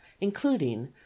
including